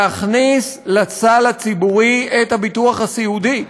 להכניס לסל הציבורי את הביטוח הסיעודי.